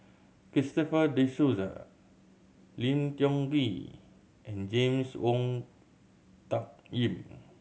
Christopher De Souza Lim Tiong Ghee and James Wong Tuck Yim